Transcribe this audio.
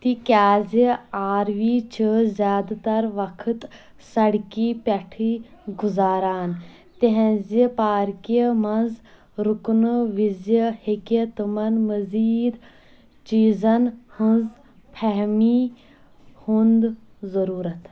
تِكیازِ R V چھِ زیادٕ تر وقت سڑكہِ پٮ۪ٹھے گُزاران تِہنزِ پاركہِ منٛز رُكنہٕ وِزِ ہیكہِ تِمن مٔزیٖد چیزن ہٕنز فہمی ہُنٛد ضروٗرت